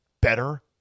better